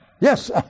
Yes